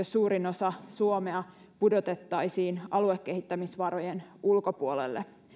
suurin osa suomea pudotettaisiin aluekehittämisvarojen ulkopuolelle